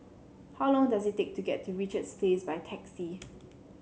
how long does it take to get to Richards Place by taxi